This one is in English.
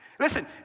Listen